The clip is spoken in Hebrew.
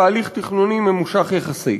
בהליך תכנוני ממושך יחסית.